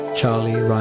Charlie